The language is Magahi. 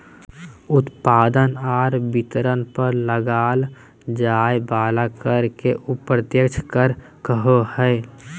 उत्पादक आर वितरक पर लगाल जाय वला कर के अप्रत्यक्ष कर कहो हइ